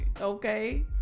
Okay